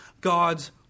God's